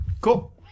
Cool